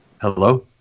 Hello